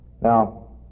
Now